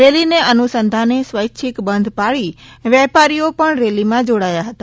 રેલીને અનુસંધાને સ્વૈચ્છિક બંધ પાળી વેપારીએ પણ રેલીમાં જોડતા હતા